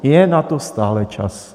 Je na to stále čas.